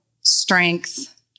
strength